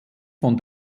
von